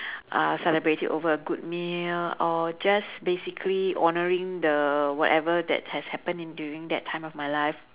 uh celebrating over a good meal or just basically honouring the whatever that has happen in during that time of my life